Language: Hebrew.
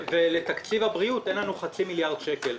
ולתקציב הבריאות אין לנו חצי מיליארד שקל.